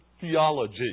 theology